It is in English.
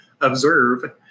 observe